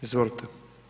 Izvolite.